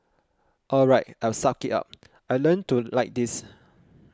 all right I'll suck it up I'll learn to like this